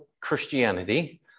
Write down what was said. Christianity